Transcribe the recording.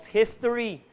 history